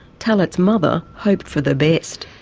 talet's mother hoped for the best.